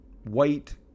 White